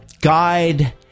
Guide